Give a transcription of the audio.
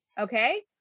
Okay